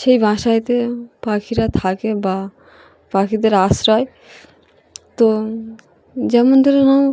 সেই বাসাতে পাখিরা থাকে বা পাখিদের আশ্রয় তো যেমন ধরে নাও